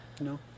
No